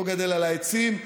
לא גדלים על העצים,